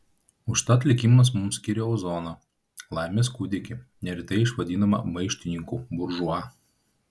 užtat likimas mums skyrė ozoną laimės kūdikį neretai išvadinamą maištininku buržua